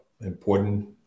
important